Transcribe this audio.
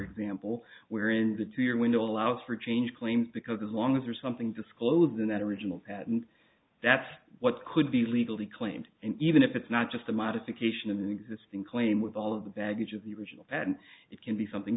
example wherein the two year window allows for change claims because as long as there's something disclosed in that original patent that's what could be legally claimed and even if it's not just a modification of an existing claim with all of the baggage of the original patent it can be something